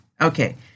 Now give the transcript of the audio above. Okay